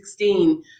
2016